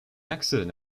accident